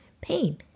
pain